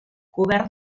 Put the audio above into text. cobert